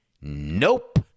Nope